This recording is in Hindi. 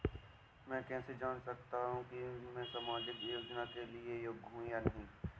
मैं कैसे जान सकता हूँ कि मैं सामाजिक योजना के लिए योग्य हूँ या नहीं?